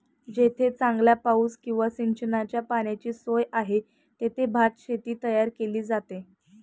जेथे चांगला पाऊस किंवा सिंचनाच्या पाण्याची सोय आहे, तेथे भातशेती तयार केली जाते